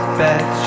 bet